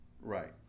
right